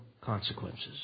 consequences